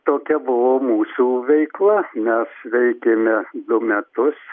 tokia buvo mūsų veikla mes veikėme du metus